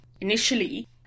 initially